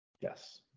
yes